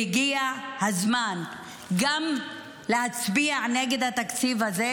והגיע הזמן גם להצביע נגד התקציב הזה,